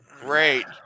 Great